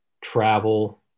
travel